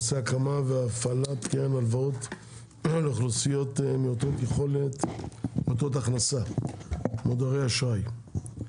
הנושא הקמת והפעלת קרן הלוואות לאוכלוסיות מעוטות הכנסה (מודרי אשראי).